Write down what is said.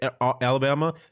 Alabama